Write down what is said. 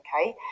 okay